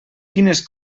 quines